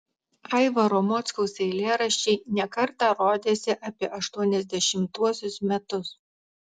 aivaro mockaus eilėraščiai ne kartą rodėsi apie aštuoniasdešimtuosius metus